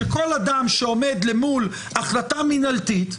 שכל אדם שעומד מול החלטה מינהלתית,